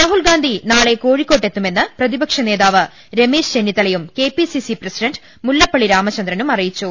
രാഹുൽഗാ്സി നാളെ കോഴിക്കോട്ടെത്തുമെന്ന് പ്രതിപക്ഷ നേതാവ് രമേശ് ചെന്നിത്തലയും കെപിസിസി പ്രസിഡന്റ് മുല്ലപ്പള്ളി രാമചന്ദ്രനും അറിയിച്ചു